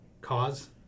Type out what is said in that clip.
cause